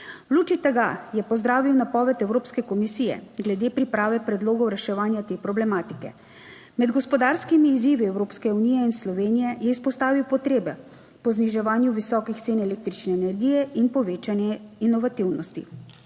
V luči tega je pozdravil napoved Evropske komisije glede priprave predlogov reševanja te problematike. Med gospodarskimi izzivi Evropske unije in Slovenije je izpostavil potrebe po zniževanju visokih cen električne energije in povečanje inovativnosti.